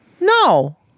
No